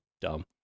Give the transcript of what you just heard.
dumb